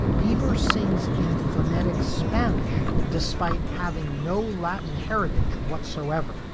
bieber sings in phonetic spanish despite having no latin heritage whatsoever.